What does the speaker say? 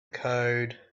code